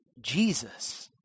Jesus